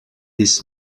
this